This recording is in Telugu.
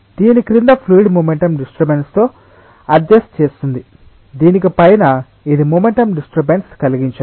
దీని క్రింద ఫ్లూయిడ్ మొమెంటం డిస్టర్బన్స్ తో అడ్జస్ట్ చేస్తుంది దీనికి పైన ఇది మొమెంటం డిస్టర్బన్స్ కలిగించదు